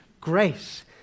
grace